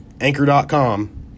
Anchor.com